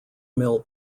mill